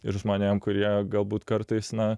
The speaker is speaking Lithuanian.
ir žmonėm kurie galbūt kartais na